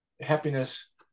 happiness